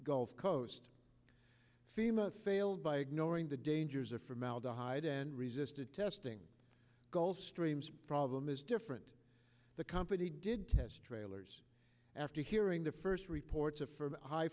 gulf coast fema failed by ignoring the dangers of formaldehyde and resisted testing gulf streams problem is different the company did test trailers after hearing the first reports of